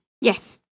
Yes